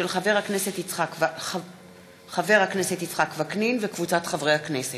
של חבר הכנסת יצחק וקנין וקבוצת חברי הכנסת.